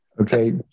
Okay